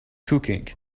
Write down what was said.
cooking